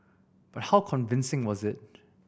but how convincing was it